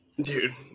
Dude